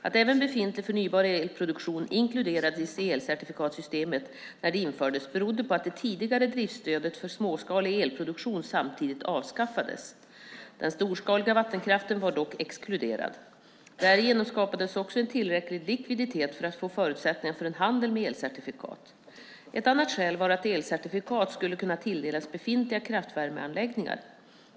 Att även befintlig förnybar elproduktion inkluderades i elcertifikatssystemet när det infördes berodde på att det tidigare driftsstödet för småskalig elproduktion samtidigt avskaffades. Den storskaliga vattenkraften var dock exkluderad. Därigenom skapades också en tillräcklig likviditet för att få förutsättningar för en handel med elcertifikat. Ett annat skäl var att elcertifikat skulle kunna tilldelas till befintliga kraftvärmeanläggningar.